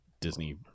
Disney